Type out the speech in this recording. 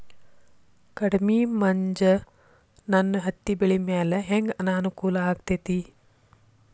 ಕಡಮಿ ಮಂಜ್ ನನ್ ಹತ್ತಿಬೆಳಿ ಮ್ಯಾಲೆ ಹೆಂಗ್ ಅನಾನುಕೂಲ ಆಗ್ತೆತಿ?